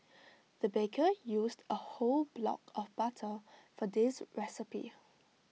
the baker used A whole block of butter for this recipe